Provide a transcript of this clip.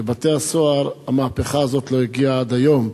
לבתי-הסוהר המהפכה הזאת לא הגיעה עד היום.